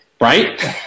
Right